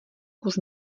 kus